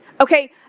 Okay